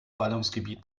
ballungsgebiet